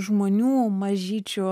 žmonių mažyčių